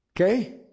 Okay